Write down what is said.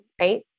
right